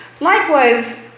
Likewise